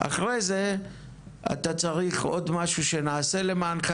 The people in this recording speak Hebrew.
"אחרי זה אתה צריך עוד משהו שנעשה למענך?